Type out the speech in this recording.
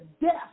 death